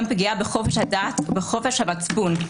זאת גם פגיעה בחופש הדת ובחופש המצפון.